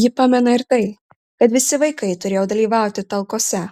ji pamena ir tai kad visi vaikai turėjo dalyvauti talkose